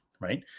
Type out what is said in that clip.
right